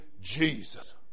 Jesus